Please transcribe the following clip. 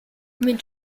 mit